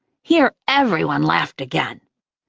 here everyone laughed again.